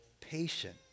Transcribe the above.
patient